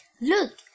Look